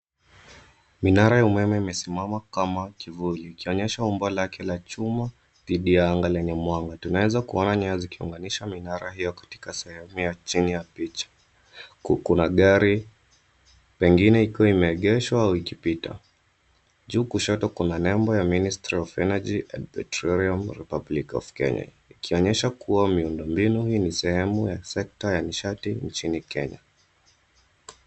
Minara ya umeme imesimama kama kivuli. Ikionyesha umbo lake la chuma, dhidi ya anga lenye mwanga. Tunaweza kuona nyaya zikiunganisha minara hiyo katika sehemu ya chini ya picha. Kuna gari, pengine ikiwa imeegeshwa au ikipita. Juu kushoto kuna nembo ya Ministry of Energy and Petroleum Republic of Kenya . Ikionyesha kuwa miundombinu hii ni sehemu ya sekta ya nishati nchini Kenya.